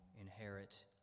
inherit